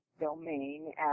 domain